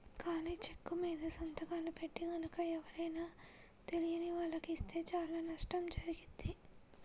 ఖాళీ చెక్కుమీద సంతకాలు పెట్టి గనక ఎవరైనా తెలియని వాళ్లకి ఇస్తే చానా నష్టం జరుగుద్ది